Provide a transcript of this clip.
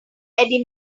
eddie